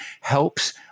helps